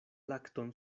lakton